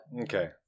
Okay